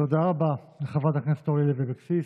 תודה רבה לחברת הכנסת אורלי לוי אבקסיס.